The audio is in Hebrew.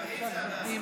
יריב, אבל זה בהסכמה,